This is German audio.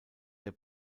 der